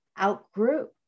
outgrew